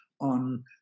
on